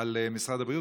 על משרד הבריאות,